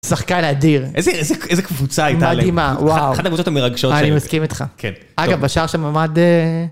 שחקן אדיר איזה איזה קבוצה הייתה להם מדהימה וואו אחת הקבוצות המרגשות שלהם אני מסכים איתך כן אגב בשער שם עמד.